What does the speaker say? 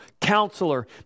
Counselor